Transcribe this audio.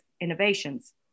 innovations